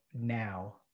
now